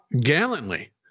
gallantly